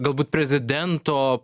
galbūt prezidento